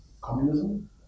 communism